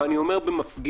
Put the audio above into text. ואני אומר במפגיע,